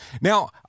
Now